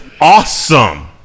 awesome